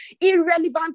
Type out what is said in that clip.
irrelevant